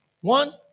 One